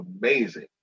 amazing